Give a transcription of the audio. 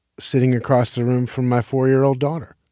sitting across the room from my four year old daughter